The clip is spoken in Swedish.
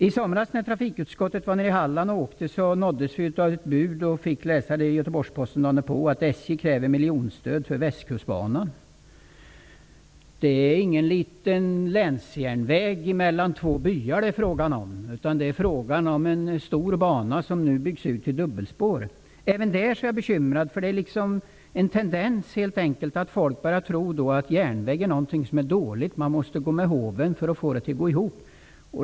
I somras, när trafikutskottet var nere i Halland, nåddes vi av ett bud och fick läsa i Göteborgs Västkustbanan. Det är ingen liten länsjärnväg mellan två byar det är fråga om. Det är fråga om en stor bana som nu byggs ut till dubbelspår. Även där är jag bekymrad. Det är helt enkelt en tendens att människor börjar tro att järnväg är något dåligt. Man måste gå med håven för att få den att gå ihop.